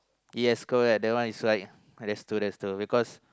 yes correct that one is right that's true that's true because